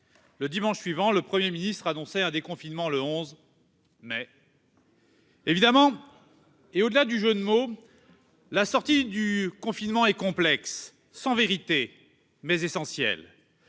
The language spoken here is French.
Le dimanche suivant, le Premier ministre annonçait un déconfinement le 11, mais ... Au-delà du jeu de mots, la sortie de confinement est complexe, sans vérité, mais essentielle.